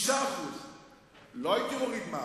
6%. לא הייתי מוריד מס.